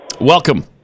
Welcome